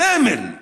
סמל.